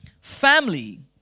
Family